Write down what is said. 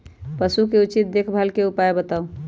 पशु के उचित देखभाल के उपाय बताऊ?